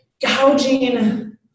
gouging